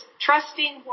trusting